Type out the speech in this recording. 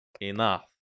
Enough